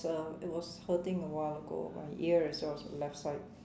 so it was hurting a while ago my ear is also left side